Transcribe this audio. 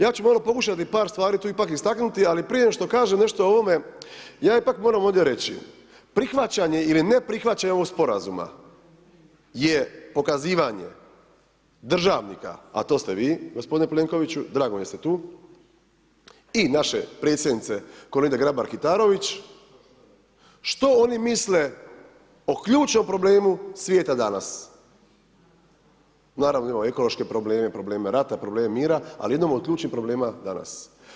Ja ću malo pokušati par stvari tu ipak istaknuti ali prije nego što kažem nešto o ovome, ja ipak moram ovdje reći, prihvaćanje ili neprihvaćanje ovog Sporazuma je pokazivanje državnika, a to ste vi gospodine Plenkoviću, drago mi je da ste tu, i naše Predsjednice Kolinde Grabar Kitarović, što oni misle o ključnom problemu svijeta danas, naravno imamo ekološke probleme, probleme rata, probleme mira, ali jednom od ključnih problema danas.